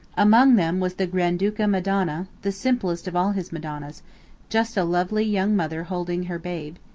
among them was the granduca madonna, the simplest of all his madonnas just a lovely young mother holding her babe.